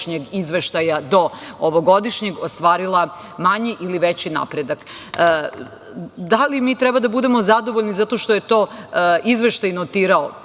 izveštaja do ovogodišnjeg, ostvarila manji ili veći napredak. Da li mi treba da budemo zadovoljni zato što je to izveštaj notirao?